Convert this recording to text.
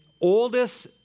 oldest